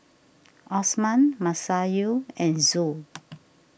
Osman Masayu and Zul